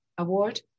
Award